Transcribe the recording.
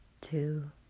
two